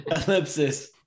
ellipsis